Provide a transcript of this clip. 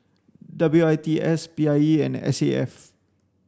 W I T S P I E and S A F